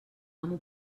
amo